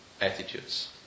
attitudes